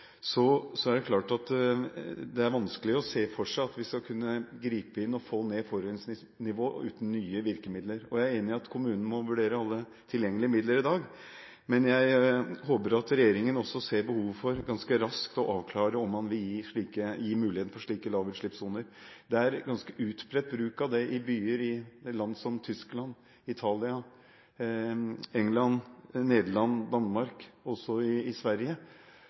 er det klart at det er vanskelig å se for seg at vi skal kunne gripe inn og få ned forurensingsnivået uten nye virkemidler. Jeg er enig i at kommunen må vurdere alle tilgjengelige midler i dag, men jeg håper at regjeringen også ganske raskt ser behovet for å avklare om man vil gi mulighet for slike lavutslippssoner. Det er ganske utbredt bruk av det i byer i land som Tyskland, Italia, England, Nederland, Danmark og også i Sverige,